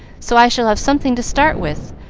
so i shall have something to start with,